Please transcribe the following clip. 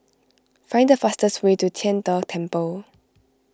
find the fastest way to Tian De Temple